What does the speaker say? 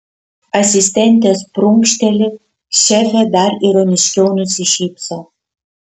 asistentės prunkšteli šefė dar ironiškiau nusišypso